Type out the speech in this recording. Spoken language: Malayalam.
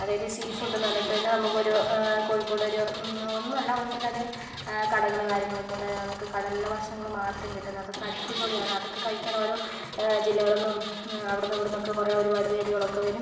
അതായത് സീ ഫുഡ് എന്ന് പറഞ്ഞിട്ടുതന്നെ നമുക്കൊരു കോഴിക്കോടൊരു ഒന്നല്ല ഒന്നിലധികം കടകള് കാര്യങ്ങളൊക്കയുണ്ട് അതായത് നമുക്ക് കടലിലെ ഭക്ഷണങ്ങള് മാത്രം കിട്ടുന്നത് അതൊക്കെ അടിപൊളി ആണ് അതൊക്കെ കഴിക്കാനോരോ ജില്ലകളിൽ നിന്നും അവിടുന്നും ഇവിടുന്നുമൊക്കെ കുറെ ഒരുപാട് പേരുകളൊക്കെ വരും